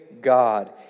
God